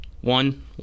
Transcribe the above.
one